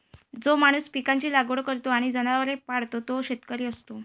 जो माणूस पिकांची लागवड करतो किंवा जनावरे पाळतो तो शेतकरी असतो